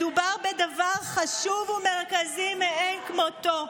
מה, מדובר בדבר חשוב ומרכזי מאין כמותו.